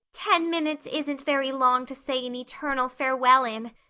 ten minutes isn't very long to say an eternal farewell in,